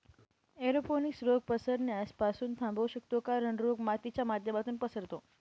aeroponics रोग पसरण्यास पासून थांबवू शकतो कारण, रोग मातीच्या माध्यमातून पसरतो